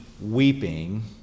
weeping